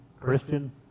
Christian